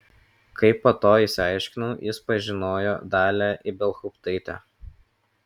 kaip po to išsiaiškinau jis pažinojo dalią ibelhauptaitę